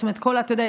אתה יודע,